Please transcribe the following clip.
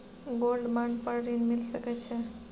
Gold bond पर ऋण मिल सके छै?